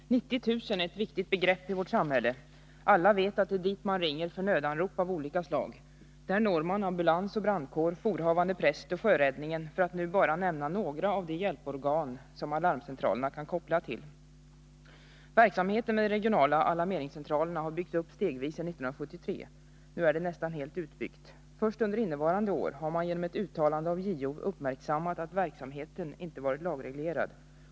Herr talman! 90 000 är ett viktigt begrepp i vårt samhälle. Alla vet att det är dit man ringer för nödanrop av olika slag. Där når man ambulans och brandkår, jourhavande präst och sjöräddningen, för att nu bara nämna några av de hjälporgan som alarmcentralerna kan koppla till. Verksamheten med de regionala alarmeringscentralerna har byggts upp stegvis sedan 1973. Nu är den nästan helt utbyggd. Först under innevarande år har man genom ett uttalande av JO uppmärksammat att verksamheten inte varit lagreglerad.